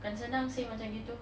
bukan senang seh macam gitu